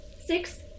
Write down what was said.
Six